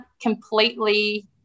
completely